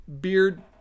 Beard